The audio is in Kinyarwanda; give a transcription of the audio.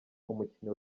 umukino